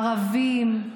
ערבים.